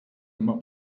immer